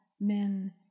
men